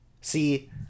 see